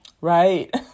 right